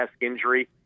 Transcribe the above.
injury